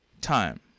time